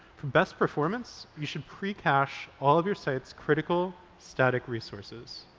for best performance you should pre-cache all of your site's critical static resources.